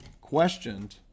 questioned